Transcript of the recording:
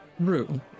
Rue